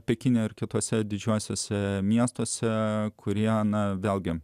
pekine ar kituose didžiuosiuose miestuose kūrena vėlgi